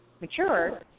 mature